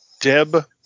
Deb